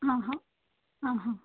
ಹಾಂ ಹಾಂ ಹಾಂ ಹಾಂ